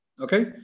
Okay